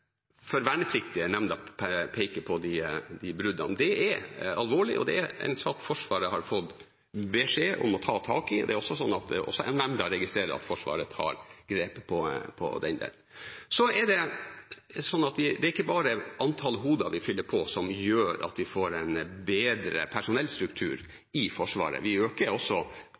for vernepliktige. Det er alvorlig, og det er en sak som Forsvaret har fått beskjed om å ta tak i. Også nemnda har registrert at Forsvaret tar grep når det gjelder dette. Det er ikke bare antall hoder vi fyller på med, som gjør at vi får en bedre personellstruktur i Forsvaret. Vi øker også